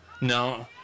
No